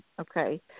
okay